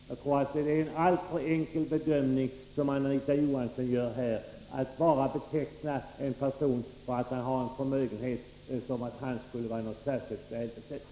Jag tror att det är en alltför enkel bedömning som Anita Johansson gör, när hon betecknar var och en som har en förmögenhet som särskilt välbeställd.